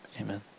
Amen